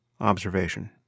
observation